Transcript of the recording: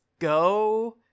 Go